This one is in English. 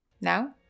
now